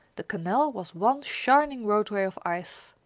the canal was one shining roadway of ice.